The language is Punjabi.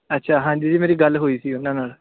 ਅੱਛਾ ਹਾਂਜੀ ਜੀ ਮੇਰੀ ਗੱਲ ਹੋਈ ਸੀ ਉਨ੍ਹਾਂ ਨਾਲ